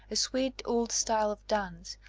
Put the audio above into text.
a sweet old style of dance,